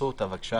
תנסו אותה, בבקשה.